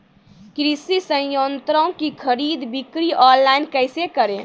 कृषि संयंत्रों की खरीद बिक्री ऑनलाइन कैसे करे?